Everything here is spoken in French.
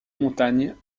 montagne